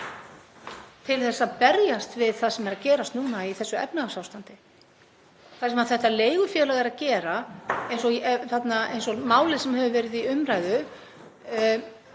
til að berjast við það sem er að gerast í þessu efnahagsástandi. Það sem leigufélagið er að gera, eins og málið sem hefur verið í umræðu